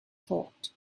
thought